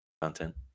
content